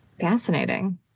Fascinating